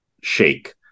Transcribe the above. shake